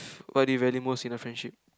what do you value most in a friendship